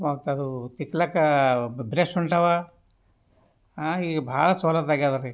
ಮತ್ತದು ತಿಕ್ಲಕ್ಕ ಬ್ರಷ್ ಹೊಂಟಾವ ಈಗ ಭಾಳ ಸವಲತ್ತು ಆಗ್ಯಾವ್ರಿ